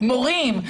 מורים.